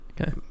okay